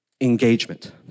engagement